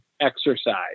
exercise